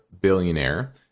billionaire